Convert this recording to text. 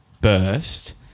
burst